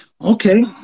okay